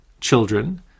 children